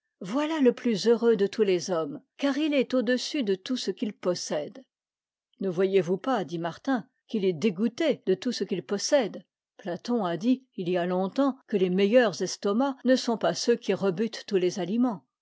voilà le plus heureux de tous les hommes car il est au-dessus de tout ce qu'il possède ne voyez-vous pas dit martin qu'il est dégoûté de tout ce qu'il possède platon a dit il y a longtemps que les meilleurs estomacs ne sont pas ceux qui rebutent tous les aliments